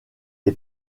est